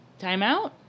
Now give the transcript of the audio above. timeout